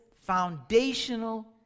foundational